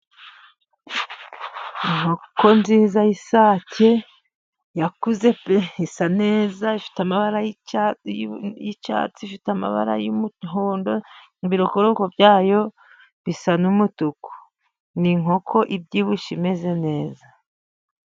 Inkoko nziza y'isake yakuze pe. Isa neza ifite amabara y'icyatsi, ifite amabara y'umuhondo, ibirokoroko byayo bisa n'umutuku. Ni inkoko ibyibushye imeze neza..